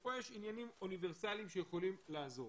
שפה יש עניינים אוניברסליים שיכולים לעזור.